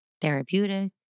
therapeutic